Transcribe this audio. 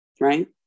right